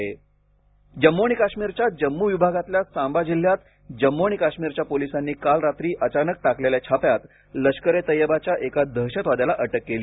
जम्म आणि काश्मीर जम्मू आणि काश्मीरच्या जम्मू विभागातल्या सांबा जिल्ह्यात जम्मू आणि काश्मीरच्या पोलिसांनी काल रात्री अचानक टाकलेल्या छाप्यात लष्कर ए तय्यबाच्या एका दहशतवाद्याला अटक केली